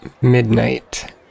midnight